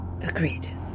Agreed